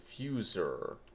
diffuser